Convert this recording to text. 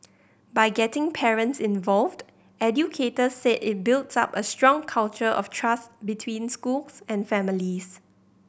by getting parents involved educators said it builds up a strong culture of trust between schools and families